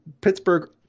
Pittsburgh